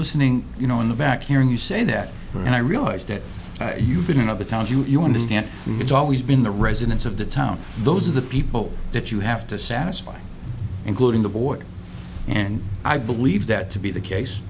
listening you know in the back hearing you say that and i realize that you've been in other towns you understand and it's always been the residents of the town those are the people that you have to satisfy including the boy and i believe that to be the case